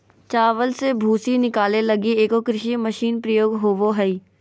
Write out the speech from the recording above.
चावल से भूसी निकाले लगी एगो कृषि मशीन प्रयोग होबो हइ